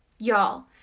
Y'all